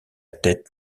tête